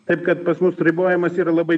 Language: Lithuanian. taip kad pas mus ribojimas ir labai